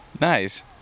nice